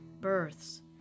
births